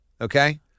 Okay